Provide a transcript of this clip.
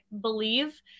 believe